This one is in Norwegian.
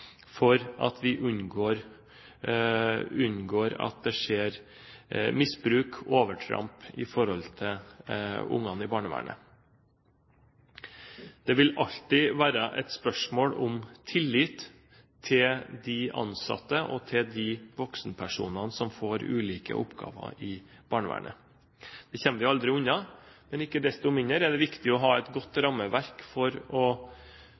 for at vi unngår at det skjer misbruk og overtramp i forhold til barna i barnevernet. Det vil alltid være et spørsmål om tillit til de ansatte og til de voksenpersonene som får ulike oppgaver i barnevernet. Det kommer vi aldri unna. Men ikke desto mindre er det viktig å ha et godt rammeverk for å